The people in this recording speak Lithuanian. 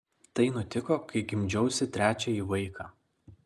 tai nutiko kai gimdžiausi trečiąjį vaiką